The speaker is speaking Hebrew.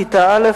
כיתה א',